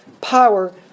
power